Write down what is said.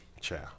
Ciao